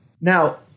Now